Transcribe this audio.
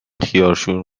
خیارشور